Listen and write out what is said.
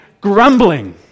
grumbling